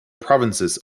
provinces